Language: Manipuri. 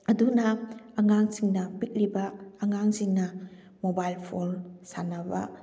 ꯑꯗꯨꯅ ꯑꯉꯥꯡꯁꯤꯡꯅ ꯄꯤꯛꯂꯤꯕ ꯑꯉꯥꯡꯁꯤꯡꯅ ꯃꯣꯕꯥꯏꯜ ꯐꯣꯜ ꯁꯥꯟꯅꯕ